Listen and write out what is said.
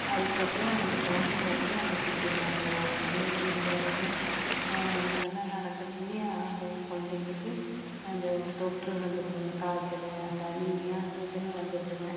அதுக்கப்புறம் அந்த குழந்தைங்க பார்த்தீங்கன்னா அந்த குற்று மேலே ஓடுறது ஒடியாட்றது இதெல்லாம் நடக்கிறதுலையே அந்த குழந்தைகளுக்கு அந்த தொற்று வந்துடுது காய்ச்சல் சளி அது இதுன்னு வந்துடுது